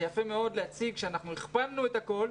זה יפה מאוד להציג שאנחנו הכפלנו את הכול.